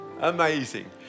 Amazing